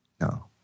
No